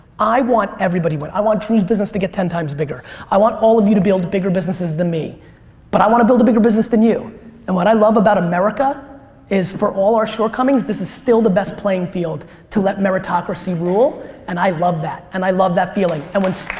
i want everybody to win. i want drew's business to get ten times bigger. i want all of you to build bigger businesses than me but i want to build a bigger business than you and what i love about america is for all of our shortcomings this is still the best playing field to let meritocracy rule and i love that. and i love that feeling. and when